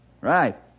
Right